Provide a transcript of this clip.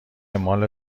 مال